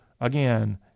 again